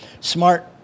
smart